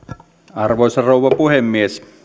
arvoisa rouva puhemies